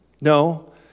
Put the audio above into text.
No